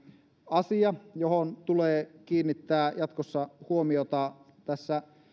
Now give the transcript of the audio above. asia johon tulee kiinnittää jatkossa huomiota tässä